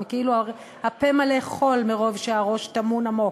כאילו הפה מלא חול מרוב שהראש טמון עמוק,